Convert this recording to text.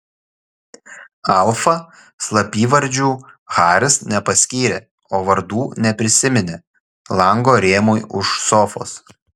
alfa slapyvardžių haris nepaskyrė o vardų neprisiminė lango rėmui už sofos